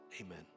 amen